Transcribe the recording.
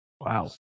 Wow